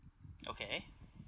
okay